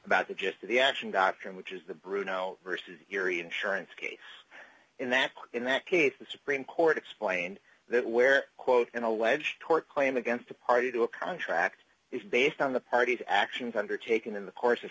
about the gist of the action doctrine which is the bruno versus your insurance case in that case in that case the supreme court explained that where quote an alleged tort claim against the party to a contract is based on the parties actions undertaken in the course